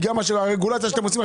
בגלל הרגולציה שאתם עושים?